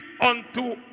unto